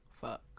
Fuck